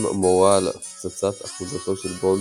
M מורה על הפצצת אחוזתו של בונד,